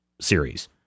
series